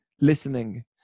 listening